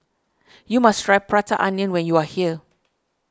you must try Prata Onion when you are here